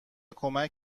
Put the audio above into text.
کمی